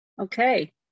Okay